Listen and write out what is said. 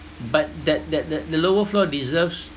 but that that the lower floor deserves